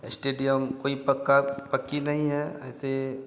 stadium कोई पक्का पक्की नहीं है ऐसे